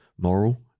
moral